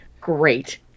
Great